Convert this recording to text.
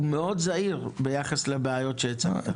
הוא מאוד זעיר ביחס לבעיות שהצגת.